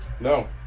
No